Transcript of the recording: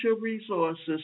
resources